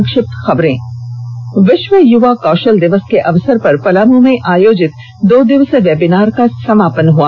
संक्षिप्त खबरें विश्व युवा कौशल दिवस के अवसर पर पलामू में आयोजित दो दिवसीय वेबिनार का समापन हुआ